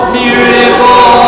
beautiful